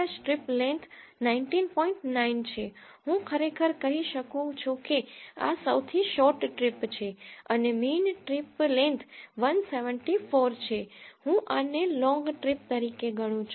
9 છે હું ખરેખર કહી શકું છું કે આ સૌથી શોર્ટ ટ્રીપ છે અને મીન ટ્રીપ લેન્થ 174 છે હું આને લોંગ ટ્રીપ તરીકે ગણું છું